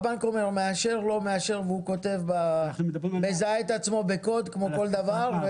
הבנק אומר מאשר/לא מאשר והוא מזהה את עצמו בקוד כמו בכל דבר.